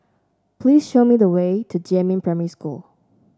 please show me the way to Jiemin Primary School